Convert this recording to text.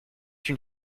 une